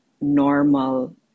normal